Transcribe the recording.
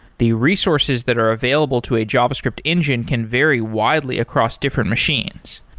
the resources that are available to a javascript engine can vary widely across different machines.